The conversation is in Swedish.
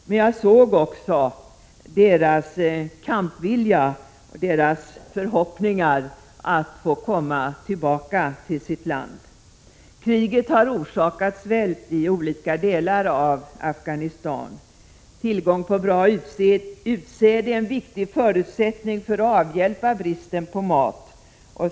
Men jag såg också deras kampvilja, deras förhoppningar om att få komma tillbaka till sitt land. Kriget har orsakat svält i olika delar av Afghanistan. Tillgång till bra utsäde är en viktig förutsättning för att avhjälpa bristen på mat.